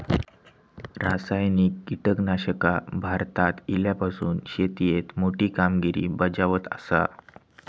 रासायनिक कीटकनाशका भारतात इल्यापासून शेतीएत मोठी कामगिरी बजावत आसा